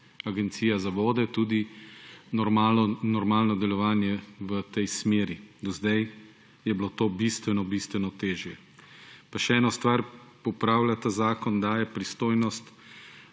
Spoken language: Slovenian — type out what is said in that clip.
Agencija za vode, tudi normalno delovanje v tej smeri. Do zdaj je bilo to bistveno bistveno težje. Pa še eno stvar popravlja ta zakon, daje pristojnost